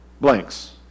blanks